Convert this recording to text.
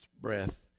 breath